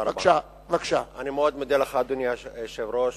אני מאוד מודה לך, אדוני היושב-ראש.